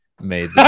Made